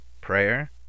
prayer